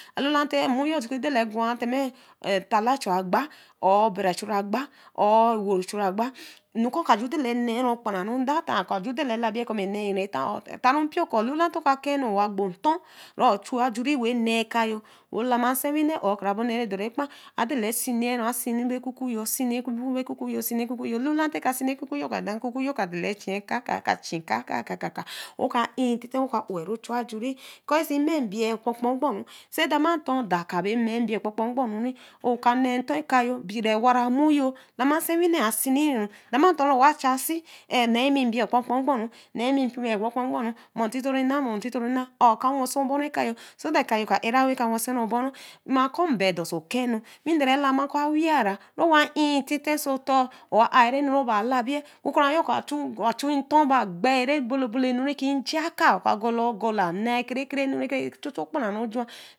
alula te amụyo ki dala be gwãã time tale achu agbaá or obẹrẹ achura agbá or ewo achu agbã enu kọọ ka jụ dala be nẽẽ rii okpuraru dat ai akoju dala be labiye kọ enẹẹ riru etãã ata ru mpio kọ tọ ka kẽ enura ọwa gbo ntọ re a'o echuwẹ ajuịii nẹẹ okaya we lama sẹwine bara onẹ re doru ekpar kõ adala aseni rii asani ebe kuku yó aseni ekuku yo ajula te eka seni ekuku yo oku dã ekuku yo ka dala echiye ká ká kakaka wọ ọka iintitẽ wọ ka owẹ ru chu ajuiii kori si mẹ mbiye ọkpọ ọkpọ ọgbọru se damaa ntọ dọ akaa be mee mbie okpon okpon ọgbõru ri eka nẹẹ ntõ ẹkayo bira ẹwara mnu yo lora nsiwinẹ yo aseni riror damãa ntõ rọ wa cha si ehn nsi mi mbie okpɔ̃ okpõ ogbọna nei me mbie okpon okpon ogõrõ mo ntito ri nna i mo ntoh ri nnai ọka wẽ ọbo ɛkayo se dat ekayo ka era we ka we sẽ re oboru mma kọ mbẹẹ do oso ọkẽ wi dèré elara oru awiyara rọ wa ii ntite osọ otõõ ọwa ai ro enu re ọbaa elbi'je kũkũrã owa owii nto baa gbei re ebolõ ebulo enu ri nje akaa ọka gọlai jụ nei ekere kere enu re chuchu okpi rãru juwãn